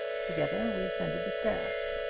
together we ascended the stairs.